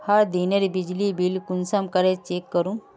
हर दिनेर बिजली बिल कुंसम करे चेक करूम?